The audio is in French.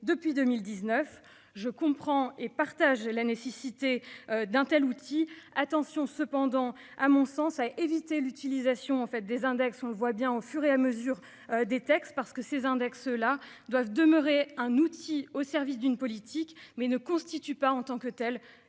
depuis 2019. Je comprends et partage la nécessité. D'un tel outil. Attention cependant à mon sens à éviter l'utilisation en fait des index, on le voit bien au fur et à mesure des textes parce que ces index là doivent demeurer un outil au service d'une politique mais ne constitue pas en tant que telle la